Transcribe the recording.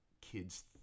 kids